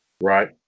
right